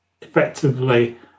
effectively